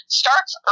starts